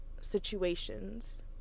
situations